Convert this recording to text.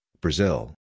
Brazil